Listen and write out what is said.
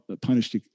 punished